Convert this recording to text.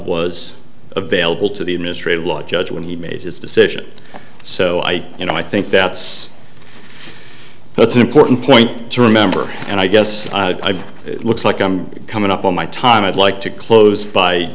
was available to the administrative law judge when he made his decision so i you know i think that's that's an important point to remember and i guess looks like i'm coming up on my time i'd like to close by